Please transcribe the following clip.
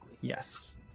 Yes